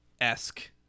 esque